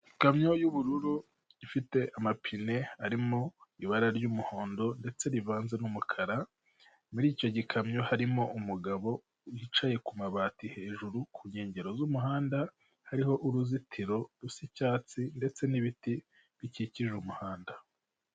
Ikamyo y'ubururu, ifite amapine arimo ibara ry'umuhondo ndetse rivanze n'umukara, muri icyo gikamyo harimo umugabo wicaye ku mabati hejuru, ku nkengero z'umuhanda hariho uruzitiro rusa icyatsi, ndetse n'ibiti bikikije umuhanda.